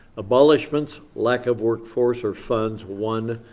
abolishments, lack of workforce or funds, one.